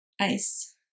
Ice